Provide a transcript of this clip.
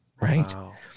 right